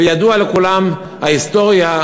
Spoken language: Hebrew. וידועה לכולם ההיסטוריה,